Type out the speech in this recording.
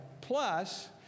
Plus